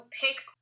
pick